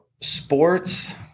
sports